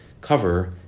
cover